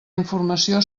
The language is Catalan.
informació